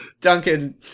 Duncan